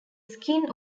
skin